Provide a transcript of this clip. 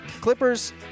Clippers